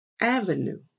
Avenue